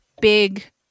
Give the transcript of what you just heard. big